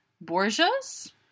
Borgias